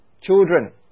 children